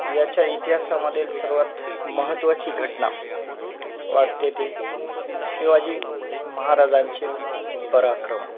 याच्या इतिहासामधील सर्वात महत्त्वाची घटना वाटते ते शिवाजी महाराजांचे पराक्रम